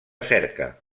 cerca